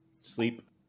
Sleep